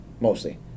mostly